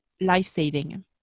life-saving